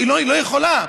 היא לא יכולה להיות.